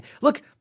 Look